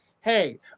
hey